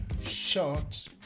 short